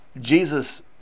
Jesus